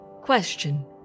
Question